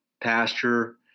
pasture